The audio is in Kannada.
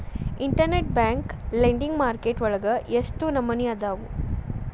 ಇನ್ಟರ್ನೆಟ್ ಬ್ಯಾಂಕ್ ಲೆಂಡಿಂಗ್ ಮಾರ್ಕೆಟ್ ವಳಗ ಎಷ್ಟ್ ನಮನಿಅದಾವು?